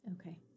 Okay